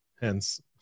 Hence